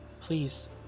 Please